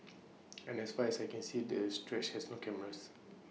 and as far as I can see this stretch has no cameras